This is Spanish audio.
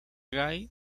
gay